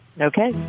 Okay